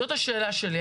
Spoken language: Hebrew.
זאת השאלה שלי.